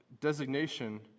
designation